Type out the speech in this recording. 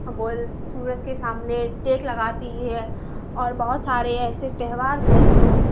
بول سورج کے سامنے ٹیک لگاتی ہے اور بہت سارے ایسے تہوار میں جو